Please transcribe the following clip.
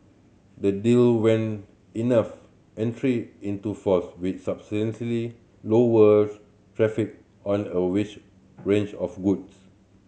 the deal when enough entry into force will substantially lower traffic on a witch range of goods